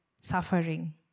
suffering